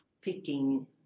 picking